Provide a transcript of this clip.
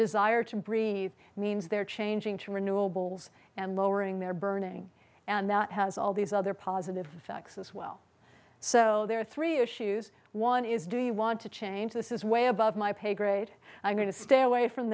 desire to breathe means they're changing to renewables and lowering their burning and that has all these other positive effects as well so there are three issues one is do you want to change this is way above my pay grade i'm going to stay away from